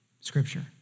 scripture